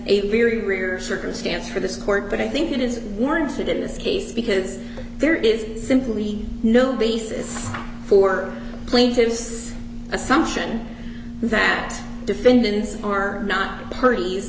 a very rare circumstance for this court but i think it is warranted in this case because there is simply no basis for plaintiffs assumption that defendants are not p